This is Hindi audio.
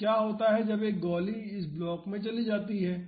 तो क्या होता है जब यह गोली इस ब्लॉक में चली जाती है